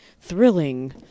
thrilling